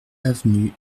avenue